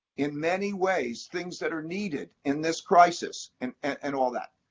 in many ways, things that are needed in this crisis and and all that.